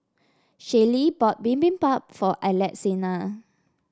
Shaylee bought Bibimbap for Alexina